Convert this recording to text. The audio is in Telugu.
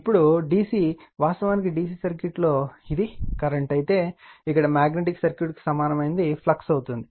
ఇప్పుడు DC వాస్తవానికి DC సర్క్యూట్లలో ఇది కరెంట్ అయితే ఇక్కడ మాగ్నెటిక్ సర్క్యూట్కు సమానమైనది ఫ్లక్స్ అవుతుంది